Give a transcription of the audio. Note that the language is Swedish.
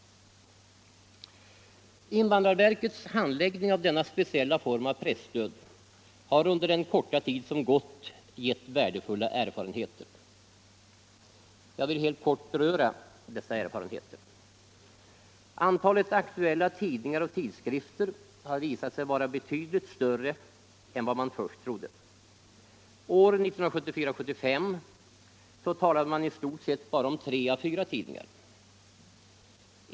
Invandrarverkets handläggning av denna speciella form av presstöd har under den korta tid som gått givit värdefulla erfarenheter. Jag vill helt kort beröra dessa erfarenheter. Antalet aktuella tidningar och tidskrifter har visat sig vara betydligt större än vad man först trodde. 1974 och 1975 talade man i stort sett bara om tre å fyra tidningar.